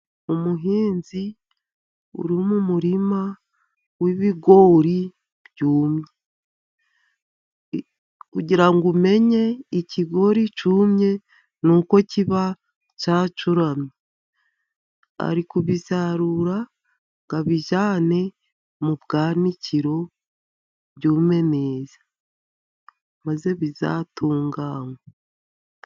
Umuhinzi uri mu murima w'ibigori byumye. Kugira ngo umenye ikigori cyumye, ni uko kiba gicuramye, ari kubisarura ngo abijyane mu bwanikiro, byume neza maze bizatunganywe.